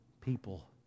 people